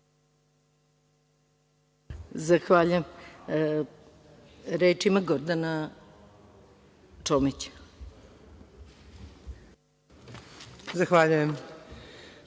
Zahvaljujem. Reč ima Gordana Čomić.